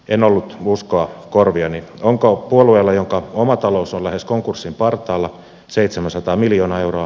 en ollut uskoa korviani onko puolueelle jonka oma talous on lähes konkurssin partaalla seitsemänsataa miljoonaa euroa